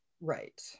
Right